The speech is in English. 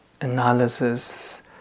analysis